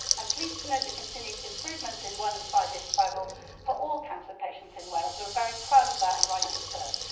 i'm pleased to note the continued improvements in one and five-year survival for all cancer patients in wales. we're very proud of that, and rightly so.